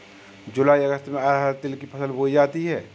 जूलाई अगस्त में अरहर तिल की फसल बोई जाती हैं